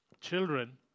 children